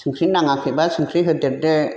संख्रि नाङाखैबा संख्रि होदेरदो